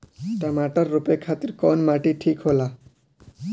टमाटर रोपे खातीर कउन माटी ठीक होला?